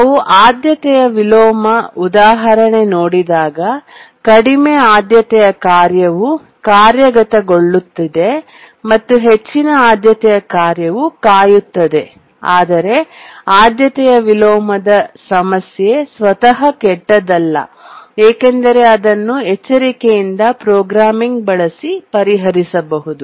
ನಾವು ಆದ್ಯತೆಯ ವಿಲೋಮ ಉದಾಹರಣೆ ನೋಡಿದಾಗ ಕಡಿಮೆ ಆದ್ಯತೆಯ ಕಾರ್ಯವು ಕಾರ್ಯಗತಗೊಳ್ಳುತ್ತಿದೆ ಮತ್ತು ಹೆಚ್ಚಿನ ಆದ್ಯತೆಯ ಕಾರ್ಯವು ಕಾಯುತ್ತದೆ ಆದರೆ ಆದ್ಯತೆಯ ವಿಲೋಮದ ಸಮಸ್ಯೆ ಸ್ವತಃ ಕೆಟ್ಟದ್ದಲ್ಲ ಏಕೆಂದರೆ ಅದನ್ನು ಎಚ್ಚರಿಕೆಯಿಂದ ಪ್ರೋಗ್ರಾಮಿಂಗ್ ಬಳಸಿ ಪರಿಹರಿಸಬಹುದು